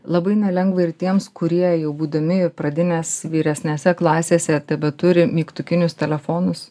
labai nelengva ir tiems kurie jau būdami pradinės vyresnėse klasėse tebeturi mygtukinius telefonus